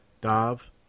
Dav